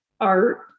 art